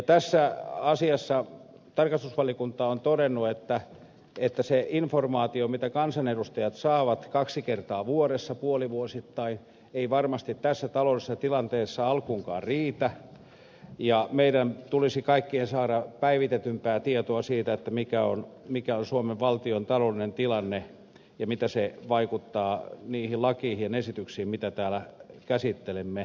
tästä asiasta tarkastusvaliokunta on todennut että se informaatio mitä kansanedustajat saavat kaksi kertaa vuodessa puolivuosittain ei varmasti tässä taloudellisessa tilanteessa alkuunkaan riitä ja meidän tulisi kaikkien saada päivitetympää tietoa siitä mikä on suomen valtion taloudellinen tilanne ja mitä se vaikuttaa niihin lakiesityksiin mitä täällä käsittelemme